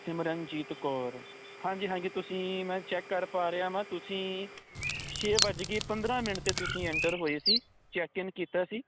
ਸਿਮਰਨਜੀਤ ਕੌਰ ਹਾਂਜੀ ਹਾਂਜੀ ਤੁਸੀਂ ਮੈਂ ਚੈੱਕ ਕਰ ਪਾ ਰਿਹਾ ਵਾਂ ਤੁਸੀਂ ਛੇ ਵੱਜ ਗਏ ਪੰਦਰਾਂ ਮਿੰਟ ਤੇ ਤੁਸੀਂ ਐਂਟਰ ਹੋਏ ਸੀ ਚੈਕ ਇਨ ਕੀਤਾ ਸੀ